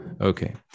Okay